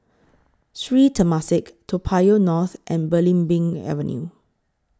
Sri Temasek Toa Payoh North and Belimbing Avenue